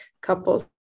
couples